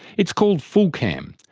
it's called fullcam,